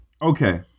Okay